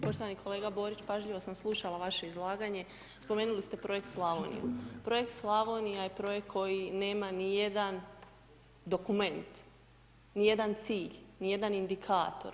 Poštovani kolega Borić, pažljivo sam slušala vaše izlaganje, spomenuli ste Projekt Slavoniju, Projekt Slavonija je projekt koji nema ni jedan dokument, ni jedan cilj, ni jedan indikator.